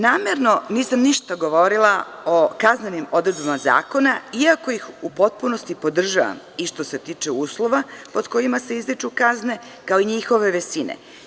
Namerno, nisam ništa govorila o kaznenim odredbama zakona, iako ih u potpunosti podržavam i što se tiče uslova pod kojima se izriču kazne, kao i njihove visine.